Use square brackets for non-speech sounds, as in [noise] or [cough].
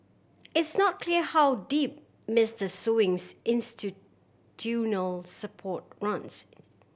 it's not clear how deep Mister Sewing's [unintelligible] support runs